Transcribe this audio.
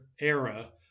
era